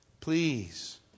Please